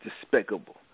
despicable